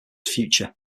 future